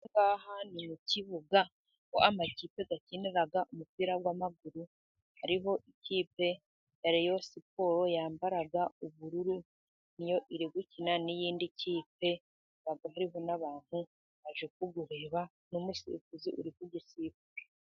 Ahangaha ni mu kibuga aho amakipe akinira umupira w'amaguru, ari bo ikipe ya reyo siporo yambara ubururu ,ni yo iri gukina n'iyindi kipe. Haba hariho n'abantu baje kuwureba n'umusifuzi uri kuwusifura.